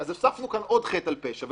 הוספנו כאן עוד חטא על פשע.